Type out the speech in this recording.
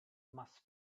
must